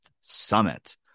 Summit